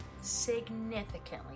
Significantly